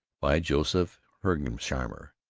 by joseph hergesheimer.